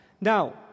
Now